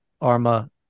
Arma